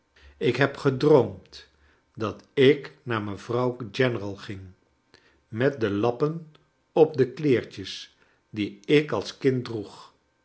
ik heb gccharles dickens droomd dat ik naar mevrouw general ging met de lappen op de kleertjes die ik als kind droeg